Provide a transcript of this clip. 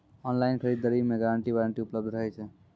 Online खरीद दरी मे गारंटी वारंटी उपलब्ध रहे छै?